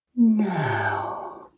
Now